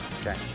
Okay